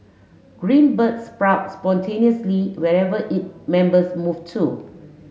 Green Bird sprout spontaneously wherever it members move to